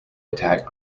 attack